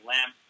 Lamb